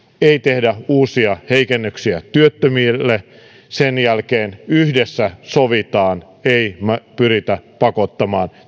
ei tehdä uusia heikennyksiä työttömille sen jälkeen yhdessä sovitaan ei pyritä pakottamaan